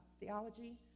theology